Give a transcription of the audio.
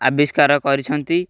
ଆବିଷ୍କାର କରିଛନ୍ତି